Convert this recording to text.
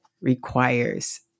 requires